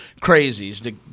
crazies